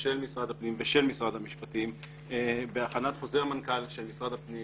של משרד הפנים ושל משרד המשפטים בהכנת חוזר מנכ"ל של משרד הפנים